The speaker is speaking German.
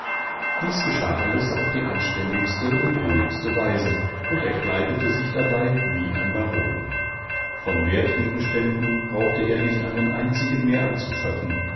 dies geschah alles auf die anständigste und ruhigste weise und er kleidete sich dabei wie ein baron von wertgegenständen brauchte er nicht einen einzigen mehr anzuschaffen